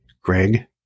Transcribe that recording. Greg